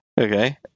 Okay